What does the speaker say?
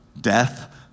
Death